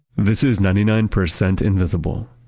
this is ninety nine percent invisible,